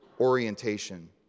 orientation